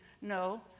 No